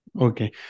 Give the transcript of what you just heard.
Okay